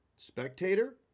spectator